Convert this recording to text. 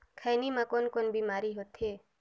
खैनी म कौन कौन बीमारी होथे?